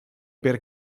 per